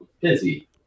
Busy